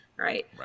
Right